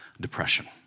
depression